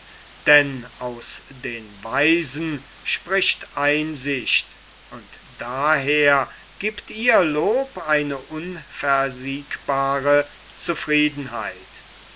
denn aus den weisen spricht einsicht und daher giebt ihr lob eine unversiegbare zufriedenheit